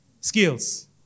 Skills